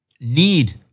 need